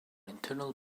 internal